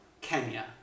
Kenya